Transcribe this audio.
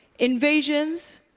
invasions,